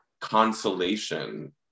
consolation